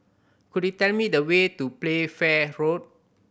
could you tell me the way to Playfair Road